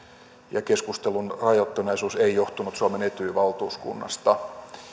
ja keskustelun rajoittuneisuus ei johtunut suomen etyj valtuuskunnasta